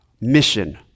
Mission